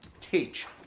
Teach